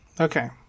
Okay